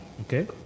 Okay